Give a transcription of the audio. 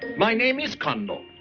my name is kondo.